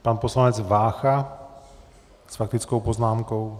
Pan poslanec Vácha s faktickou poznámkou.